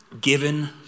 given